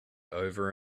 over